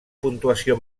puntuació